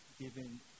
given